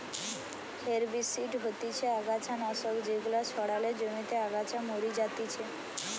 herbicide হতিছে অগাছা নাশক যেগুলা ছড়ালে জমিতে আগাছা মরি যাতিছে